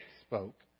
spoke